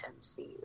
MCU